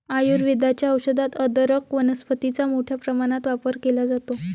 आयुर्वेदाच्या औषधात अदरक वनस्पतीचा मोठ्या प्रमाणात वापर केला जातो